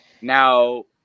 Now